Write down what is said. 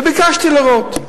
וביקשתי לראות,